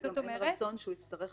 וגם אין רצון שהוא יצטרך